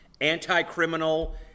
anti-criminal